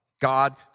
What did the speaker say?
God